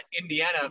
Indiana